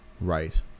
Right